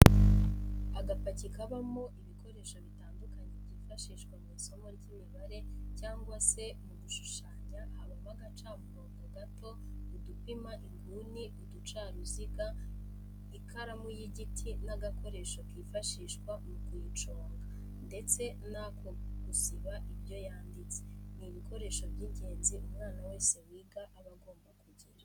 Agapaki kabamo ibikoresho bitandukanye byifashishwa mw'isomo ry'imibare cyangwa se mu gushushanya habamo agacamurobo gato, udupima inguni, uducaruziga ,ikaramu y'igiti n'agakoresho kifashishwa mu kuyiconga ndetse n'ako gusiba ibyo yanditse, ni ibikoresho by'ingenzi umwana wese wiga aba agomba kugira.